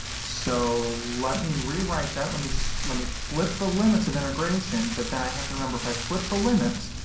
so let me rewrite that. let me so let me flip the limits of integration. but then i have to remember if i flip the limits,